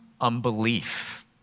unbelief